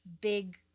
big